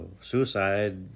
suicide